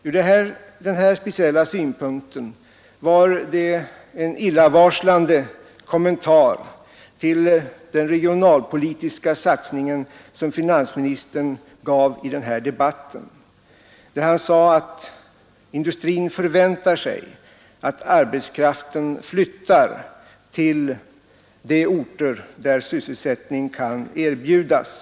Från denna speciella synpunkt var det en illavarslande kommentar till den regionalpolitiska satsningen som finansministern gav i debatten, när han framhöll att industrin förväntar sig att arbetskraften flyttar till de orter där sysselsättning kan erbjudas.